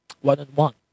one-on-one